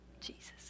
Jesus